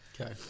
Okay